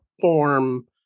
form